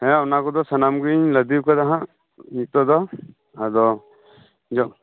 ᱦᱮᱸ ᱚᱱᱟ ᱠᱚᱫᱚ ᱥᱟᱱᱟᱢ ᱜᱮᱧ ᱞᱟᱫᱮ ᱟᱠᱟᱫᱟ ᱦᱟᱜ ᱱᱤᱛᱚᱜ ᱫᱚ ᱟᱫᱚ ᱤᱧᱟᱹᱜ